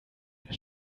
der